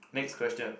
next question